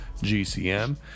GCM